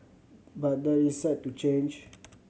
but that is set to change